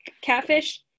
catfish